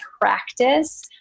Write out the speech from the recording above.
practice